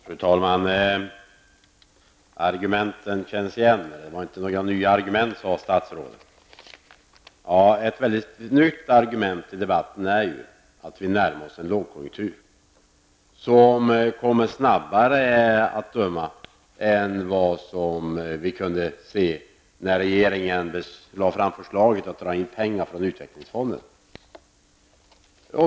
Fru talman! Statsrådet sade att argumenten känns igen och att det inte fanns några nya argument. Ett nytt argument i debatten är att vi närmar oss en lågkonjunktur som av allt att döma kommer snabbare än vi kunde förutse när regeringen lade fram förslaget att dra in pengar från utvecklingsfonderna.